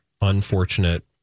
unfortunate